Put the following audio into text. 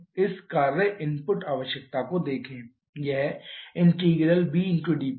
इस कार्य इनपुट आवश्यकता को देखें यह ∫vdP है